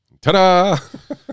Ta-da